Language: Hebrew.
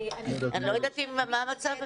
אני לא יודעת מה המצב.